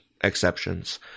exceptions